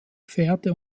pferde